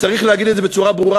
צריך להגיד את זה בצורה ברורה,